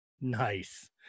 Nice